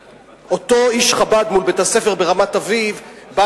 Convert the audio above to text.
אותו איש חב"ד מול בית-הספר ברמת-אביב בא